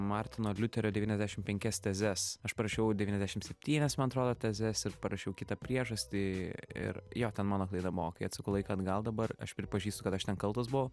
martino liuterio devyniasdešimt penkias tezes aš parašiau devyniasdešimt septynias man atrodo tezes parašiau kitą priežastį ir jo ten mano klaida buvo kai atsuku laiką atgal dabar aš pripažįstu kad aš ten kaltas buvau